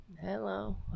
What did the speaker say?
Hello